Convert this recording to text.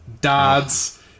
Dads